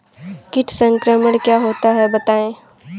कीट संक्रमण क्या होता है बताएँ?